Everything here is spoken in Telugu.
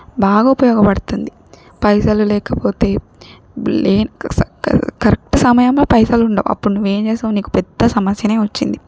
బాగా ఉపయోగపడుతుంది పైసలు లేకపోతే కరెక్ట్ సమయంలో పైసలు ఉండవు అప్పుడు నువ్వేం చేస్తాం నీకు పెద్ద సమస్యనే వచ్చింది